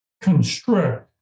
constrict